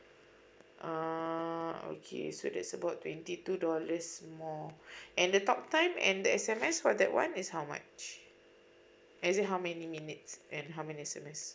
err okay so that's about twenty two dollars more and the talk time and the S_M_S for that one is how much as it how many minutes and how many S_M_S